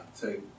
take